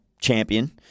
champion